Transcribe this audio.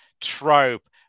trope